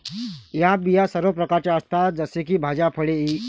या बिया सर्व प्रकारच्या असतात जसे की भाज्या, फळे इ